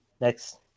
next